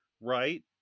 right